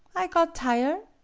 i got tire'.